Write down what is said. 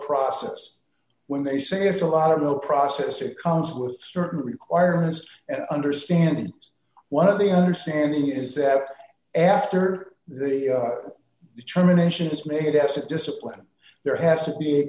process when they say it's a lot of the process it comes with certain requirements and i understand it is one of the understanding is that after the determination is made as a discipline there has to be